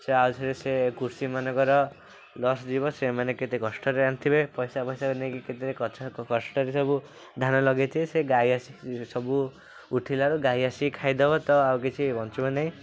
ସେ ଆଉଥରେ ସେ କୃଷିମାନଙ୍କର ଲସ୍ ଯିବ ସେମାନେ କେତେ କଷ୍ଟରେ ଆଣିଥିବେ ପଇସା ଫଇସା ନେଇକି କେତେ କଷ୍ଟରେ ସବୁ ଧାନ ଲଗେଇଥିବେ ସେ ଗାଈ ଆସି ସବୁ ଉଠିଲା ବେଳକୁ ଗାଈ ଆସି ଖାଇ ଦବ ତ ଆଉ କିଛି ବଞ୍ଚିବ ନାହିଁ